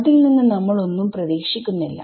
അതിൽ നിന്ന് നമ്മൾ ഒന്നും പ്രതീക്ഷിക്കുന്നില്ല